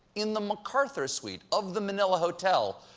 in the mccarthy suite of the manila hotel,